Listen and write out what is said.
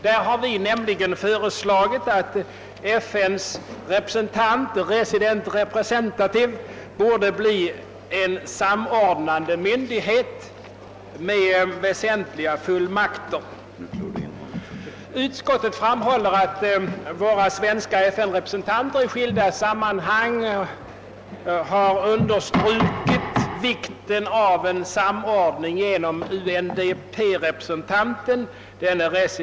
Vi har i detta föreslagit att FN:s »resident representatives» skall bli en samordnande myndighet med väsentliga fullmakter. Utskottet framhåller att våra svenska FN-representanter i skilda sammanhang har understrukit vikten av en samordning genom UNDP-representanten.